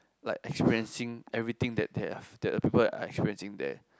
like experiencing everything that they have that the people are experiencing there